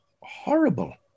horrible